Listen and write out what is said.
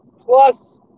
plus